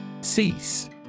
Cease